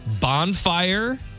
bonfire